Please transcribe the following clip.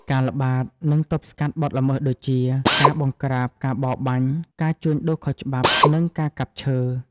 ការល្បាត និងទប់ស្កាត់បទល្មើសដូចជា ការបង្ក្រាបការបរបាញ់ ការជួញដូរខុសច្បាប់ និងការកាប់ឈើ។